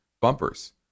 bumpers